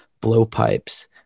blowpipes